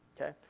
Okay